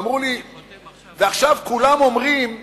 ועכשיו כולם אומרים: